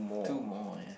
two more yeah